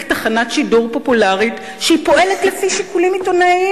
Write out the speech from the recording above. תחנת שידור פופולרית שפועלת לפי שיקולים עיתונאיים.